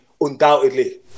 undoubtedly